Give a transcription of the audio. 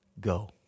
go